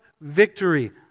victory